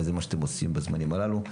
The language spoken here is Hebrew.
וזה מה שאתם עושים בזמנים הללו.